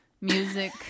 music